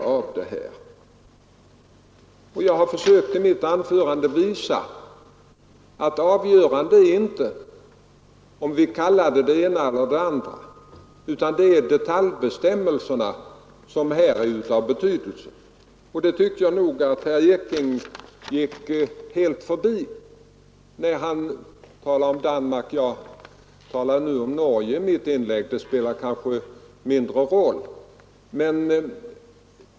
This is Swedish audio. Jag har i mitt anförande försökt visa att avgörande är inte om vi kallar trygghetssystemet för det ena eller det andra, utan det är de många detaljbestämmelserna som här är av betydelse. Det tycker jag att herr Ekinge gick helt förbi, när han talade om Danmark. Jag talade för min del om Norge, men det spelar kanske mindre roll.